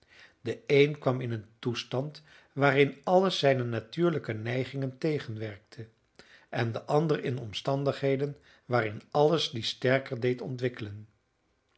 de een kwam in een toestand waarin alles zijne natuurlijke neigingen tegenwerkte en de ander in omstandigheden waarin alles die sterker deed ontwikkelen